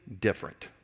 different